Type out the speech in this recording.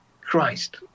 Christ